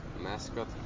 mascot